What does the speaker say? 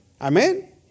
Amen